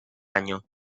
año